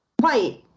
White